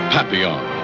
Papillon